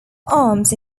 arms